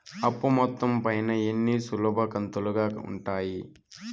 అప్పు మొత్తం పైన ఎన్ని సులభ కంతులుగా ఉంటాయి?